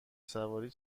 سواری